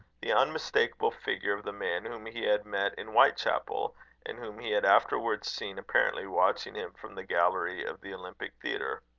the unmistakeable figure of the man whom he had met in whitechapel, and whom he had afterwards seen apparently watching him from the gallery of the olympic theatre.